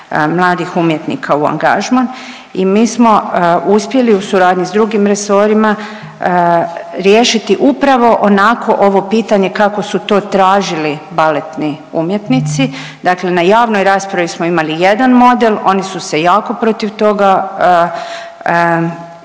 mladih umjetnika u angažman i mi smo uspjeli u suradnji s drugim resorima riješiti upravo onako ovo pitanje kako su to tražili baletni umjetnici. Dakle na javnoj raspravi smo imali jedan model, oni su se jako protiv toga pobunili